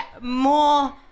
more